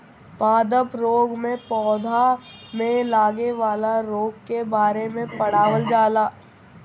पादप रोग में पौधा में लागे वाला रोग के बारे में पढ़ावल जाला